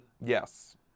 Yes